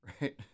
right